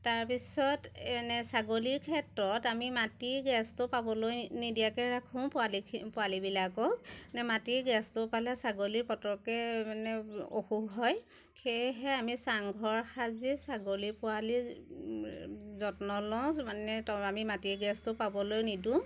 তাৰপিছত এনে ছাগলীৰ ক্ষেত্ৰত আমি মাটিৰ গেছটো পাবলৈ নিদিয়াকৈ ৰাখোঁ পোৱালিখি পোৱালিবিলাকক নে মাটিৰ গেছটো পালে ছাগলীৰ পতককৈ মানে অসুখ হয় সেয়েহে আমি চাংঘৰ সাজি ছাগলী পোৱালিৰ যত্ন লওঁ মানে আমি মাটিৰ গেছটো পাবলৈ নিদিওঁ